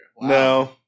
No